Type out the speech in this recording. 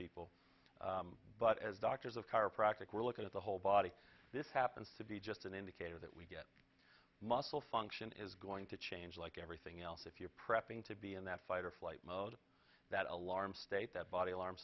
people but as doctors of chiropractic we're looking at the whole body this happens to be just an indicator that we get muscle function is going to change like everything else if you're prepping to be in that fight or flight mode that alarm state that body alarm